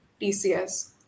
TCS